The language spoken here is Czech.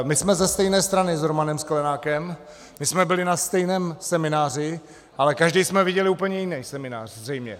My jsme ze stejné strany s Romanem Sklenákem, my jsme byli na stejném semináři, ale každý jsme viděli úplně jiný seminář zřejmě.